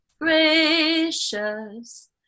gracious